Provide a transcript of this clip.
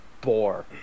bore